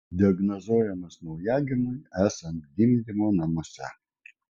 diagnozuojamas naujagimiui esant gimdymo namuose